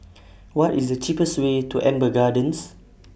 What IS The cheapest Way to Amber Gardens